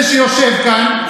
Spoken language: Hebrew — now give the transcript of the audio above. זה שיושב כאן,